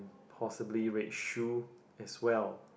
possibly red shoe as well